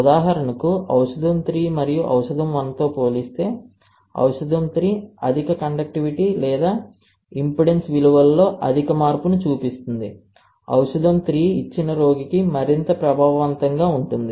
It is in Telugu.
ఉదాహరణకు ఔషధం 3 మరియు ఔషధం 1 తో పోలిస్తే ఔషధం 3 అధిక కండక్టివిటీ లేదా ఇంపెడెన్స్ విలువలలో అధిక మార్పును చూపిస్తుంది ఔషధం 3 ఇచ్చిన రోగికి మరింత ప్రభావవంతంగా ఉంటుంది